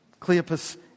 Cleopas